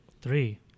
Three